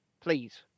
please